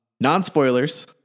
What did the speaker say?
Non-spoilers